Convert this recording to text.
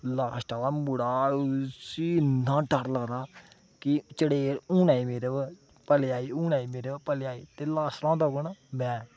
last आह्ला मुड़ा उसी इन्ना डर लगदा कि चड़ेल हूनै मेरे पर आई पलैं आई हूनै आई पलैं आई ते लास्ट होंदा कौन मैं